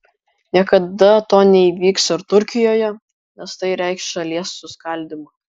niekada to neįvyks ir turkijoje nes tai reikš šalies suskaldymą